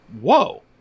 whoa